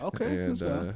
Okay